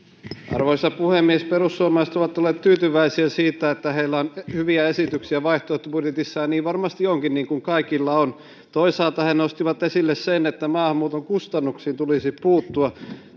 arvoisa puhemies perussuomalaiset ovat olleet tyytyväisiä siitä että heillä on hyviä esityksiä vaihtoehtobudjetissaan ja niin varmasti onkin niin kuin kaikilla on toisaalta he nostivat esille sen että maahanmuuton kustannuksiin tulisi puuttua